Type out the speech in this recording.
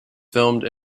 filmed